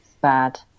bad